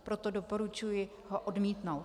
Proto doporučuji ho odmítnout.